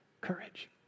courage